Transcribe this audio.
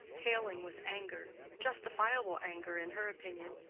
paling with anger justifiable anger, in her opinion.